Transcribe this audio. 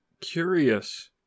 curious